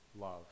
love